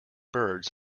birds